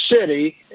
city